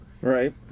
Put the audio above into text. Right